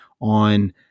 on